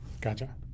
Gotcha